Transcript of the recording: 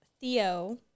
Theo